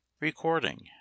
Recording